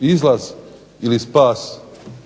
izlaz ili spas